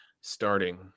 Starting